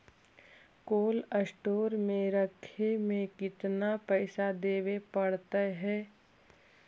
Cold store में रखे में केतना पैसा देवे पड़तै है?